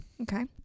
Okay